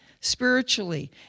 spiritually